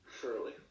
Surely